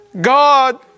God